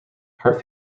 heart